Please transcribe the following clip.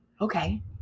okay